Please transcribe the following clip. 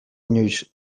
inoiz